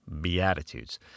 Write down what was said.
Beatitudes